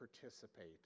participate